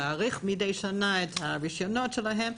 להאריך מדי שנה את הרישיונות שלהן,